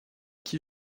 qui